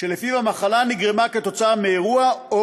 שלפיו המחלה נגרמה כתוצאה מאירוע או